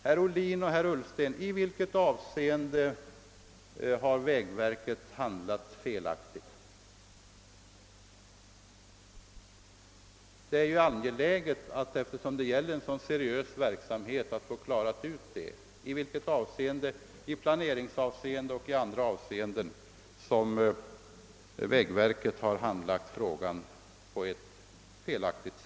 Herr Ohlin och herr Ullsten, i vilket avseende — beträffande planering eller något annat — har vägverket handlat felaktigt? Eftersom det gäller en så seriös verksamhet är det angeläget att få den saken klarlagd.